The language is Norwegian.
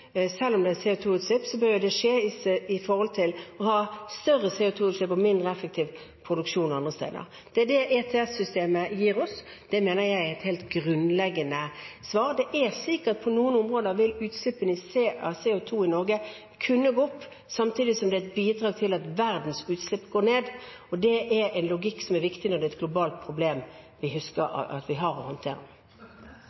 selv om det er CO 2 -utslipp, bør jo det skje fordi man har større CO 2 -utslipp og mindre effektiv produksjon andre steder. Det er det ETS-systemet gir oss. Det mener jeg er et helt grunnleggende svar. Det er slik at på noen områder vil utslippene av CO 2 i Norge kunne gå opp, samtidig som det er et bidrag til at verdens utslipp går ned. Det er en logikk som er viktig å huske på når det er et globalt problem vi